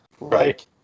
Right